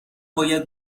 باید